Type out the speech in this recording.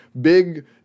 big